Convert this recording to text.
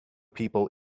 people